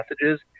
messages